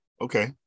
okay